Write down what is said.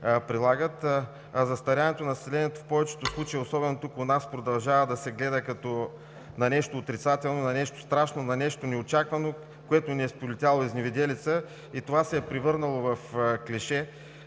застаряването на населението в повечето случаи, особено тук, у нас, продължава да се гледа като на нещо отрицателно, на нещо страшно, на нещо неочаквано, което ни е сполетяло изневиделица и това се е превърнало в клише.